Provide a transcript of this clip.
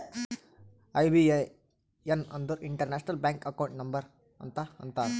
IBAN ಅಂದುರ್ international bank account number ಅಂತ ಅಂತಾರ್